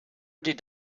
did